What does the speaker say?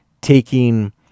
taking